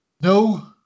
No